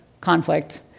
conflict